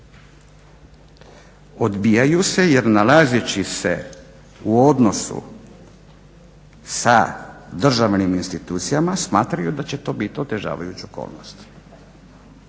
Odbijaju se jer nalazeći se u odnosu sa državnim institucijama smatraju da će to biti otežavajuća okolnost,